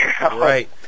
Right